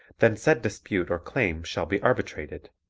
then said dispute or claim shall be arbitrated.